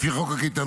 לפי חוק הקייטנות,